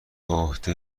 عهده